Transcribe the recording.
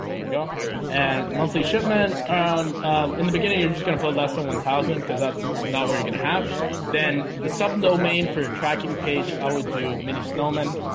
there we go and monthly shipment in the beginning you're just gonna put less than one thousand because that's not what you're gonna have then the sub domain for your tracking page, i would do mini snowmen